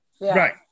right